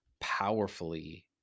powerfully